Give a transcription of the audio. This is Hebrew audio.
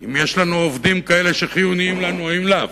אם יש לנו בתוכה עובדים שחיוניים לנו, אם לאו,